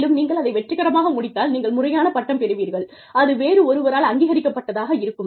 மேலும் நீங்கள் அதை வெற்றிகரமாக முடித்தால் நீங்கள் முறையான பட்டம் பெறுவீர்கள் அது வேறு ஒருவரால் அங்கீகரிக்கப்பட்டதாக இருக்கும்